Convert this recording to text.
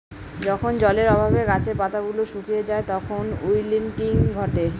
যখন জলের অভাবে গাছের পাতা গুলো শুকিয়ে যায় তখন উইল্টিং ঘটে